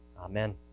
Amen